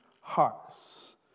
hearts